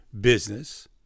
business